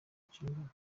inshingano